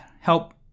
help